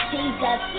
Jesus